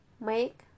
make